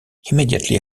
immediately